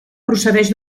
procedeix